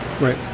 right